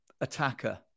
attacker